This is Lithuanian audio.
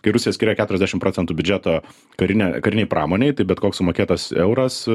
kai rusija skiria keturiasdešimt procentų biudžeto karine karinei pramonei tai bet koks sumokėtas euras